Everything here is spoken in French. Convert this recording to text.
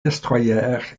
destroyers